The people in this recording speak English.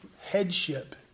headship